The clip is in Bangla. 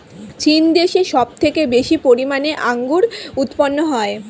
চীন দেশে সব থেকে বেশি পরিমাণে আঙ্গুর উৎপন্ন হয়